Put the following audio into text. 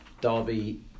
Derby